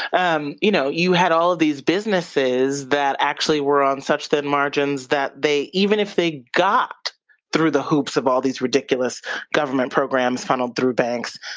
um you know you had all of these businesses that actually were on such thin margins that even if they got through the hoops of all these ridiculous government programs funneled through banks,